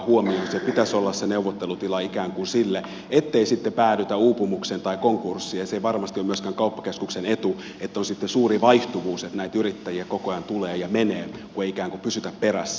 pitäisi olla se neuvottelutila ikään kuin sille ettei sitten päädytä uupumukseen tai konkurssiin ja se ei varmasti ole myöskään kauppakeskuksen etu että on suuri vaihtuvuus että näitä yrittäjiä koko ajan tulee ja menee kun ei ikään kuin pysytä perässä